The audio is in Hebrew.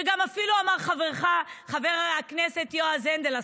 וגם אפילו אמר חברך חבר הכנסת יועז הנדל,